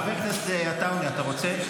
חבר הכנסת עטאונה, אתה רוצה?